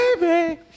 baby